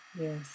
Yes